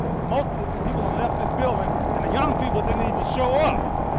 most of the people have left this building, and the young people didn't even show up.